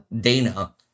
Dana